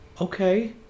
Okay